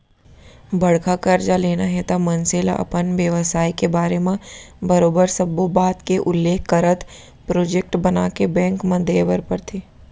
बड़का करजा लेना हे त मनसे ल अपन बेवसाय के बारे म बरोबर सब्बो बात के उल्लेख करत प्रोजेक्ट बनाके बेंक म देय बर परथे